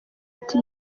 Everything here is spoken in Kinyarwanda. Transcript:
ati